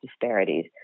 disparities